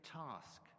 task